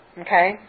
Okay